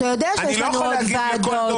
אתה יודע שיש לנו עוד ועדות.